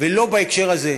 ולא בהקשר הזה.